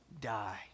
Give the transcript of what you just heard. die